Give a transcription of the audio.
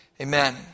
Amen